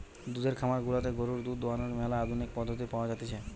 দুধের খামার গুলাতে গরুর দুধ দোহানোর ম্যালা আধুনিক পদ্ধতি পাওয়া জাতিছে